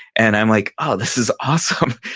and i'm like, oh this is awesome.